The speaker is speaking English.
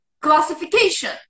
classification